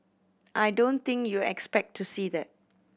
I don't think you're expect to see that